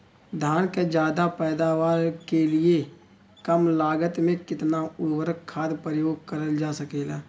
धान क ज्यादा पैदावार के लिए कम लागत में कितना उर्वरक खाद प्रयोग करल जा सकेला?